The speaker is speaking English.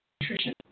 nutrition